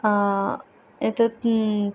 एतत्